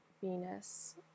Venus